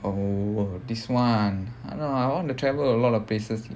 oh !wow! this [one] I know I want to travel a lot of places